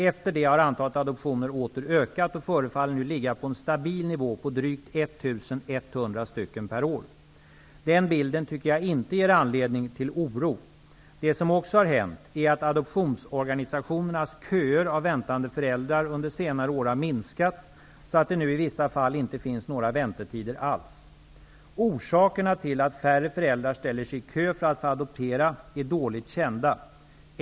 Efter det har antalet adoptioner åter ökat och förefaller nu ligga på en stabil nivå på drygt 1 100 Den bilden tycker jag inte ger någon anledning till oro. Det som också har hänt är att adoptionsorganisationernas köer av väntande föräldrar under senare år har minskat så att det nu i vissa fall inte finns några väntetider alls. Orsakerna till att färre föräldrar ställer sig i kö för att få adoptera är dåligt kända.